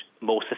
more